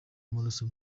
w’amaraso